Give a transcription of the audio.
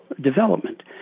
development